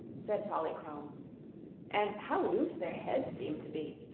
said polychrome and how loose their heads seem to be!